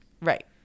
Right